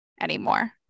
anymore